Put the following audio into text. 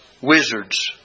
wizards